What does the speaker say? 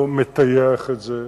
ולא מטייח את זה.